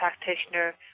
practitioner